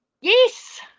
Yes